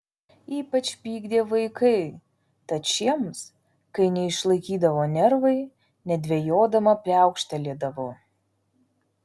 ypač pykdė vaikai tad šiems kai neišlaikydavo nervai nedvejodama pliaukštelėdavo